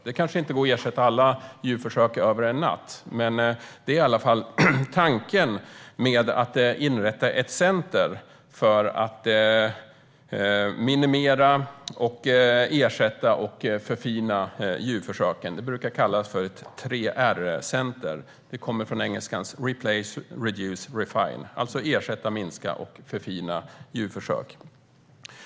Det går kanske inte att ersätta alla djurförsök över en natt, men det är i alla fall tanken med att inrätta ett center för att minimera, ersätta och förfina djurförsöken. Detta brukar kallas 3R-center, vilket kommer från engelskans replace, reduce, refine och alltså handlar om att ersätta, minska och förfina djurförsök.